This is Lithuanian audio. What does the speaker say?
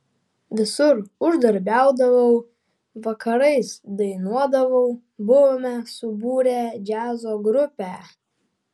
visur uždarbiaudavau vakarais dainuodavau buvome subūrę džiazo grupę